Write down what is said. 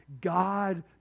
God